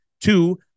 Two